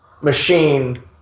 machine